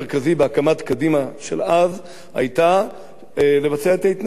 בהקמת קדימה של אז היה לבצע את ההתנתקות.